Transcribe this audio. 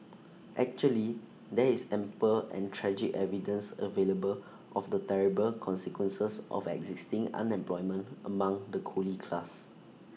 actually there is ample and tragic evidence available of the terrible consequences of existing unemployment among the coolie class